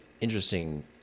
interesting